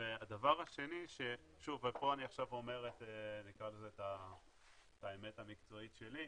והדבר השני, וכאן אני אומר את האמת המקצועית שלי,